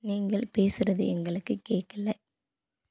நீங்கள் பேசுகிறது எங்களுக்கு கேட்கல